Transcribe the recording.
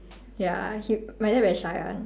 ya he my dad very shy [one]